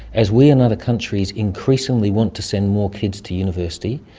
as we and other countries increasingly want to send more kids to university,